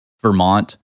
Vermont